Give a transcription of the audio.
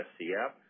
SCF